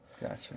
Gotcha